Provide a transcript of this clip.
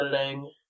Editing